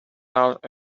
out